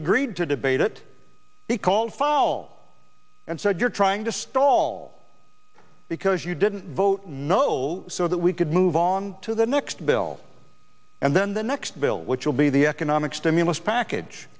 agreed to debate it he called foul and said you're trying to stall because you didn't vote no so that we could move on to the next bill and then the next bill which will be the economic stimulus package